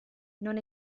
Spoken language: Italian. non